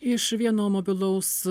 iš vieno mobilaus